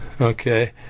okay